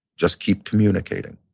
just keep communicating.